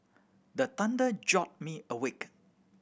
the thunder jolt me awake